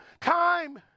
time